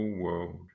world